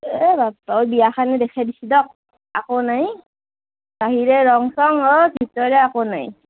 এ বাপ্পা ঐ বিয়া খনে দেখে দিছে দিয়ক আকৌ নাই বাহিৰে ৰং চং অ' ভিতৰে আকৌ নাই